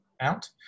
out